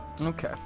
Okay